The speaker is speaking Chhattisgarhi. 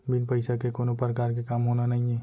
बिन पइसा के कोनो परकार के काम होना नइये